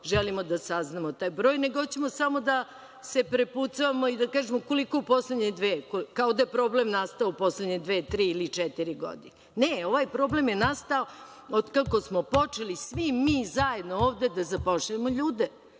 želimo da saznamo taj broj, nego hoćemo samo da se prepucavamo i da kažemo koliko je u poslednje dve, kao da je problem nastao u poslednje dve, tri ili četiri godine. Ne, ovaj problem je nastao od kako smo počeli svi mi, zajedno, ovde da zapošljavamo ljude